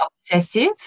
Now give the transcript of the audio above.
obsessive